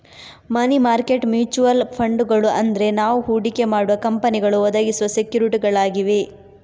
ಮನಿ market mutual ಫಂಡುಗಳು ಅಂದ್ರೆ ನಾವು ಹೂಡಿಕೆ ಮಾಡುವ ಕಂಪನಿಗಳು ಒದಗಿಸುವ ಸೆಕ್ಯೂರಿಟಿಗಳಾಗಿವೆ